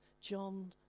John